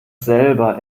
selber